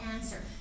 answer